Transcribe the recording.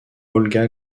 olga